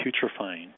putrefying